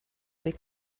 big